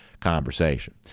conversation